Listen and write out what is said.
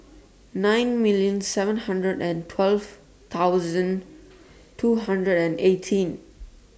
nine million seven hundred and twelve thousand two hundred and eighteen